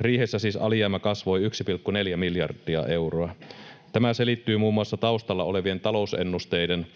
Riihessä siis alijäämä kasvoi 1,4 miljardia euroa. Tämä selittyy muun muassa taustalla olevien talousennusteiden